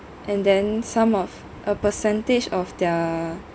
and then some of a percentage of their